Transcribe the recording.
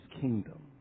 kingdom